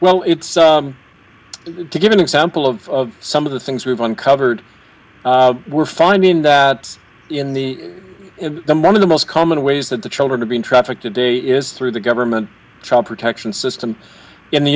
well it's to give an example of some of the things we've uncovered we're finding that in the in the one of the most common ways that the children are being trafficked today is through the government child protection system in the